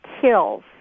kills